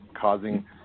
causing